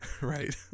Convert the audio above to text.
right